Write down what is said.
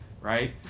right